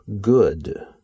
good